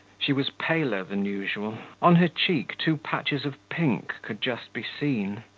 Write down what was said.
she was paler than usual on her cheek two patches of pink could just be seen.